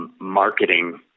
marketing